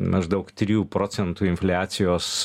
maždaug trijų procentų infliacijos